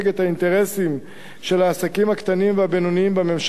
האינטרסים של העסקים הקטנים והבינוניים בממשלה,